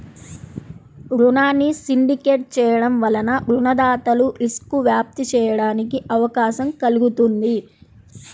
రుణాన్ని సిండికేట్ చేయడం వలన రుణదాతలు రిస్క్ను వ్యాప్తి చేయడానికి అవకాశం కల్గుతుంది